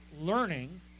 learning